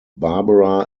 barbara